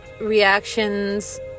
reactions